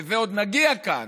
לזה עוד נגיע כאן,